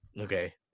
Okay